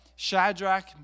Shadrach